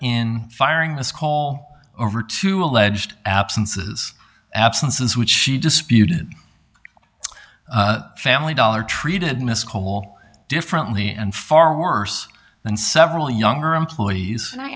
in firing this call over two alleged absences absences which she disputed family dollar treated miss cole differently and far worse than several younger employees